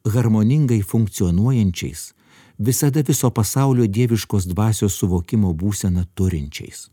harmoningai funkcionuojančiais visada viso pasaulio dieviškos dvasios suvokimo būseną turinčiais